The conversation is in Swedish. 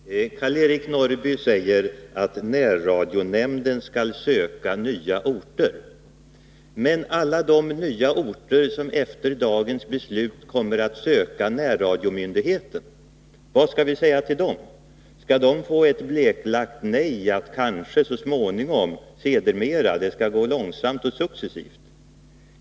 Herr talman! Karl-Eric Norrby säger att närradionämnden skall söka nya orter. Men vad skall vi säga till alla de nya orter som efter dagens beslut kommer att söka närradiokommittén? Skall de få ett bleklagt: nej, kanske, så småningom, sedermera, det skall gå långsamt och successivt?